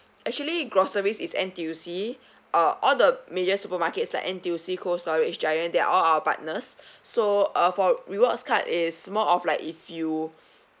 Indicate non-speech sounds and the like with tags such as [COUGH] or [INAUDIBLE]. actually groceries is N_T_U_C uh all the major supermarkets like N_T_U_C cold storage giant they're all our partners [BREATH] so uh for rewards card is more of like if you